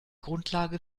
grundlage